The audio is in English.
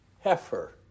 heifer